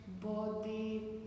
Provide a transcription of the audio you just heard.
body